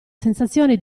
sensazione